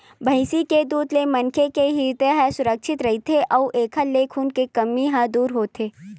भइसी के दूद ले मनखे के हिरदे ह सुवस्थ रहिथे अउ एखर ले खून के कमी ह दूर होथे